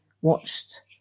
watched